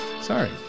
Sorry